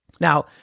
Now